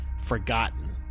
forgotten